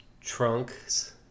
trunks